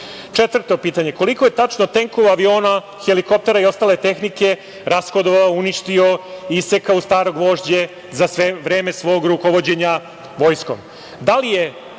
NATO-a? Četvrto pitanje, koliko je tačno tenkova, aviona, helikoptera i ostale tehnike rashodovao, uništio i isekao za staro gvožđe za sve vreme svog rukovođenja vojskom? Da